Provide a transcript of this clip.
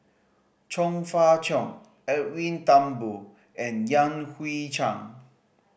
Chong Fah Cheong Edwin Thumboo and Yan Hui Chang